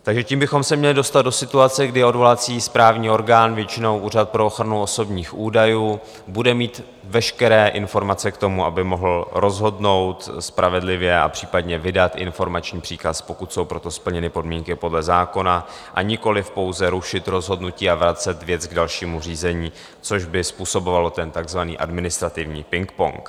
Takže tím bychom se měli dostat do situace, kdy odvolací správní orgán, většinou Úřad pro ochranu osobních údajů, bude mít veškeré informace k tomu, aby mohl rozhodnout spravedlivě a případně vydat informační příkaz, pokud jsou pro to splněny podmínky podle zákona, a nikoli pouze rušit rozhodnutí a vracet zpět k dalšímu řízení, což by způsobovalo ten takzvaný administrativní pingpong.